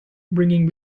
bringing